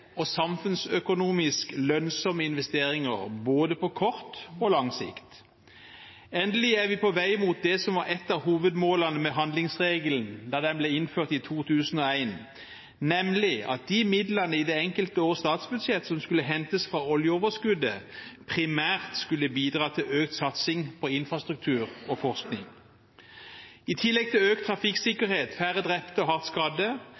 og samfunnsøkonomisk lønnsomme investeringer både på kort og lang sikt. Endelig er vi på vei mot det som var et av hovedmålene med handlingsregelen da den ble innført i 2001, nemlig at de midlene i det enkelte års statsbudsjett som skulle hentes fra oljeoverskuddet, primært skulle bidra til økt satsing på infrastruktur og forskning. I tillegg til økt trafikksikkerhet, færre drepte og